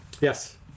Yes